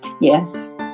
yes